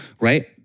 right